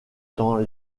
dans